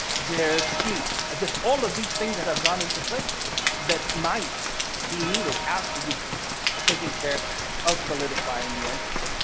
their schema at this all of these things that have gone into place that might be needed after you've taken care of solidifying the entity.